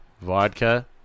vodka